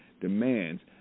demands